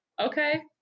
okay